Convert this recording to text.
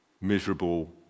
miserable